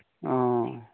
ᱳ